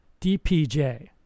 DPJ